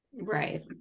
Right